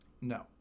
No